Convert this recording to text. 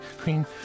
queen